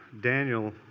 Daniel